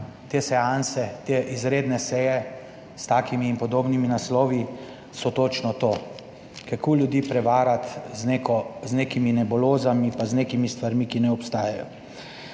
te seanse, te izredne seje, s takimi in podobnimi naslovi, so točno to, kako ljudi prevarati z neko, z nekimi nebulozami pa z nekimi stvarmi, ki ne obstajajo